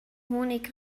honig